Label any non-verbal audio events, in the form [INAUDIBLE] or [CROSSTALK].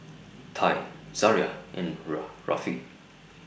Ty Zariah and [UNINTELLIGIBLE] Rafe